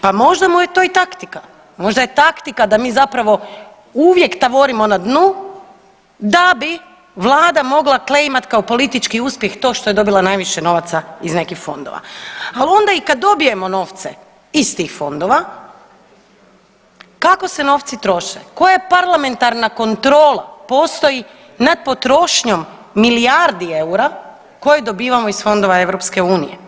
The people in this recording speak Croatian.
Pa možda mu je to i taktika, možda je taktika da mi zapravo uvijek tavorimo na dnu da bi vlada mogla kleimat kao politički uspjeh to što je dobila najviše novaca iz nekih fondova, al onda i kad dobijemo novce iz tih fondova kako se novci troše, koja parlamentarna kontrola postoji nad potrošnjom milijardi eura koje dobivamo iz fondova EU?